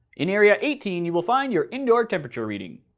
in area eighteen you will find your indoor temperature reading.